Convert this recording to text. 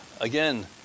Again